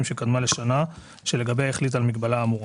שקדמה לשנה שלגביה החליט על המגבלה האמורה.